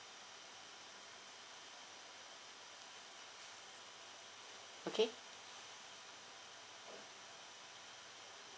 okay